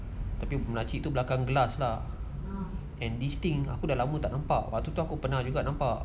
tapi makcik tu belakang glass lah and this thing aku dah lama tak nampak